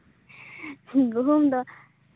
ᱜᱩᱦᱩᱢ ᱫᱚ